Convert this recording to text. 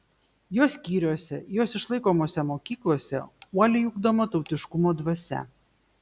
jos skyriuose jos išlaikomose mokyklose uoliai ugdoma tautiškumo dvasia